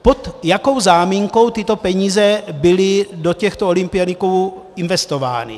Pod jakou záminkou tyto peníze byly do těchto olympioniků investovány?